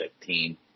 team